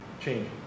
change